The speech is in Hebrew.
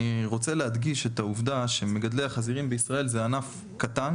אני רוצה להדגיש את העובדה שמגדלי החזירים בישראל זה ענף קטן